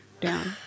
down